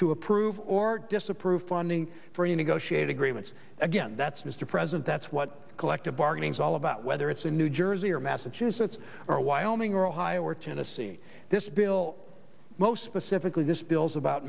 to approve or disapprove funding for you negotiate agreements again that's mr president that's what collective bargaining is all about whether it's in new jersey or massachusetts or wyoming or ohio or tennessee this bill most specifically this bill's about